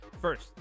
First